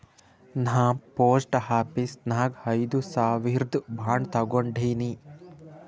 ನಾ post office ನಾಗ್ ಐಯ್ದ ಸಾವಿರ್ದು ಬಾಂಡ್ ತಗೊಂಡಿನಿ